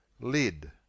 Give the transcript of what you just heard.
Lid